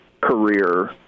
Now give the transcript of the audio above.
career